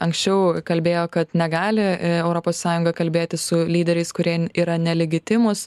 anksčiau kalbėjo kad negali europos sąjunga kalbėtis su lyderiais kurie yra nelegitimūs